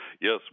Yes